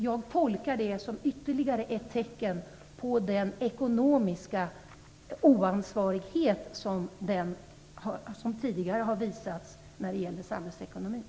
Jag tolkar det som ytterligare ett tecken på den ekonomiska oansvarighet som tidigare har visats när det gäller samhällsekonomin.